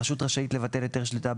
הרשות רשאית לבטל היתר שליטה,